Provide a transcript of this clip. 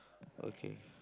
okay